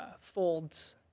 folds